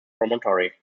promontory